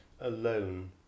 alone